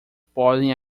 podem